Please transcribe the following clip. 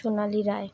সোনালী রায়